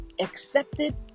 accepted